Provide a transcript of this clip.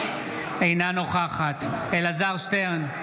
אינה נוכחת אלעזר שטרן,